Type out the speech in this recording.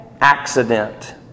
accident